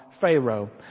Pharaoh